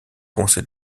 conseil